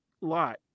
lot